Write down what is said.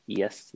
yes